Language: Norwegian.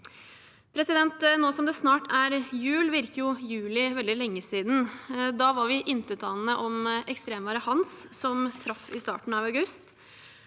PST. Nå som det snart er jul, virker jo juli veldig lenge siden. Da var vi intetanende om ekstremværet «Hans», som traff i starten av august,